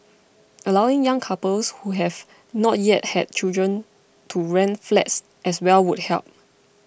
allowing young couples who have not yet had children to rent flats as well would help